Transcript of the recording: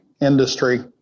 industry